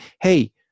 hey